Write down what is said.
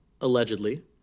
allegedly